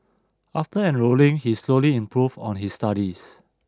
after enrolling he slowly improved on his studies